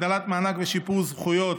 הגדלת מענק ושיפור זכויות),